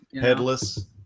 Headless